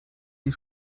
die